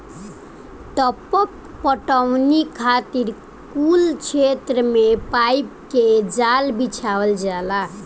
टपक पटौनी खातिर कुल खेत मे पाइप के जाल बिछावल जाला